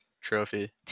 trophy